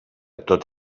tot